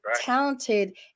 talented